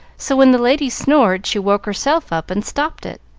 so when the lady snored she woke herself up and stopped it.